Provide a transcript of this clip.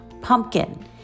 Pumpkin